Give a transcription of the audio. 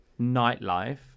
nightlife